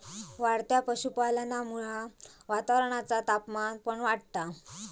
वाढत्या पशुपालनामुळा वातावरणाचा तापमान पण वाढता